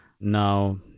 now